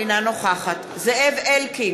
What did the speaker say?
אינה נוכחת זאב אלקין,